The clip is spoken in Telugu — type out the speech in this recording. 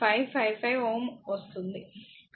555 Ω వస్తుంది